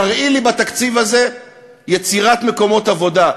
תראי לי בתקציב הזה יצירת מקומות עבודה,